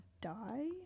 die